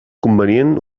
convenient